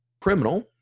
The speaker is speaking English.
Criminal